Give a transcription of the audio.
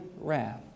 wrath